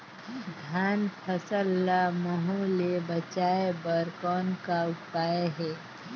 धान फसल ल महू ले बचाय बर कौन का उपाय हे?